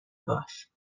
باش